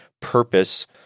purpose